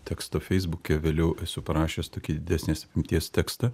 teksto feisbuke vėliau esu parašęs tokį didesnės apimties tekstą